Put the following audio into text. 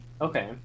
Okay